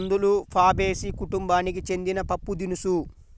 కందులు ఫాబేసి కుటుంబానికి చెందిన పప్పుదినుసు